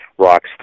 rocks